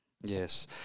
Yes